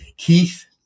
Keith